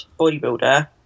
bodybuilder